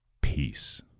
peace